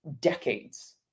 decades